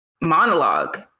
monologue